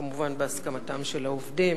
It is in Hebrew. כמובן בהסכמתם של העובדים.